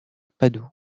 padoue